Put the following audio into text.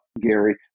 Gary